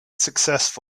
successful